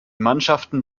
mannschaften